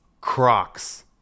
Crocs